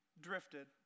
drifted